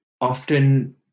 often